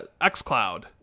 XCloud